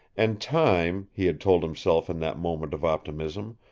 and time, he had told himself in that moment of optimism,